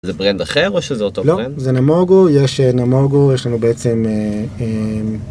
זה ברנד אחר או שזה אותו ברנד? לא, זה נמוגו יש נמוגו, יש לנו בעצם א.. א…